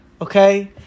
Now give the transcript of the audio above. okay